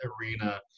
arena